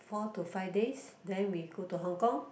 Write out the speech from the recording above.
four to five days then we go to Hong-Kong